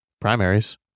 primaries